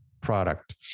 product